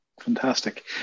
fantastic